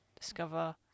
discover